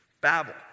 Babel